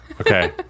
Okay